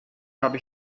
habe